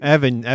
Evan